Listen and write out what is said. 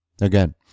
Again